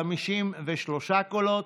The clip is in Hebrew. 53 קולות,